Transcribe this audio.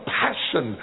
passion